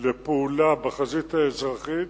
לפעולה בחזית האזרחית